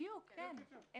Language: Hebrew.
הם